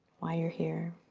why you're here.